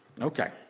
Okay